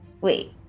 wait